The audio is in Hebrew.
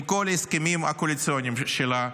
עם כל ההסכמים הקואליציוניים שלה,